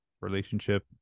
Relationship